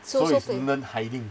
so so they